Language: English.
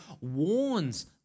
warns